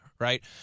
Right